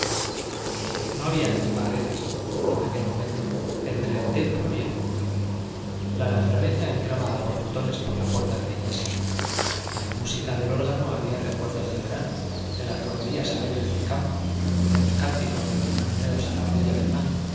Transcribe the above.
no había allí barreras en aquel momento entre el templo y el mundo la naturaleza entraba a borbotones por la puerta de la iglesia en la música del órgano había recuerdos del verano de las romerías alegres del campo de los cánticos de los marineros a la orilla del mar